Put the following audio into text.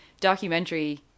documentary